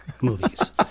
movies